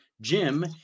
Jim